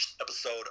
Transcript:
episode